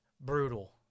brutal